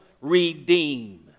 redeem